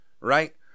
right